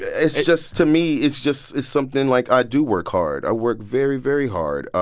it's just to me, it's just it's something, like, i do work hard. i work very, very hard,